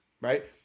right